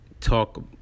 talk